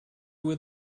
would